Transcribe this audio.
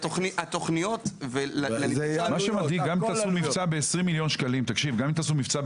התוכניות- - גם אם תעשו מבצע ב-290 מיליון שקלים,